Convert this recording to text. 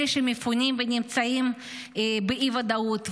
אלה שמפונים ונמצאים באי-ודאות,